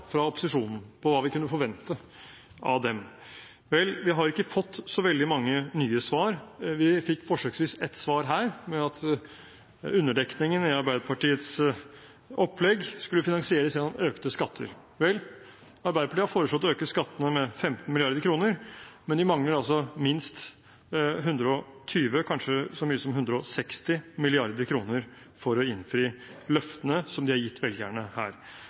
fra opposisjonen om hva vi kunne forvente av dem. Vi har ikke fått så veldig mange nye svar. Vi fikk forsøksvis ett svar her, om at underdekningen i Arbeiderpartiets opplegg skulle finansieres gjennom økte skatter. Vel, Arbeiderpartiet har foreslått å øke skattene med 15 mrd. kr, men de mangler minst 120 mrd. kr eller kanskje så mye som 160 mrd. kr for å innfri løftene som de har gitt velgerne her.